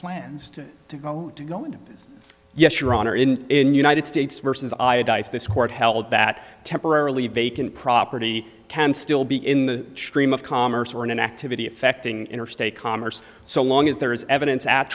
plans to go to go and yes your honor in in united states versus iodized this court held that temporarily vacant property can still be in the stream of commerce or an activity affecting interstate commerce so long as there is evidence